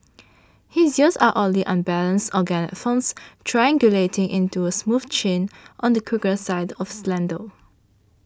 his ears are oddly unbalanced organic forms triangulating into a smooth chin on the quirkier side of slender